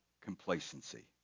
complacency